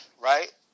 right